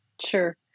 Sure